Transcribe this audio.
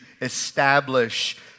establish